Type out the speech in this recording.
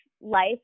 life